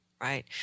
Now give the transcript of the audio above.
right